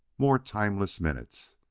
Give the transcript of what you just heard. more timeless minutes,